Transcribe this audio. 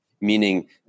meaning